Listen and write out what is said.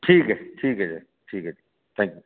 ठीक ऐ ठीक ऐ ठीक ऐ